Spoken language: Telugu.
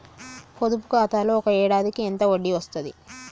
పొదుపు ఖాతాలో ఒక ఏడాదికి ఎంత వడ్డీ వస్తది?